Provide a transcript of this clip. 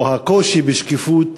או הקושי בשקיפות,